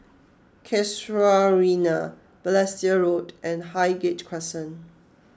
Casuarina Balestier Road and Highgate Crescent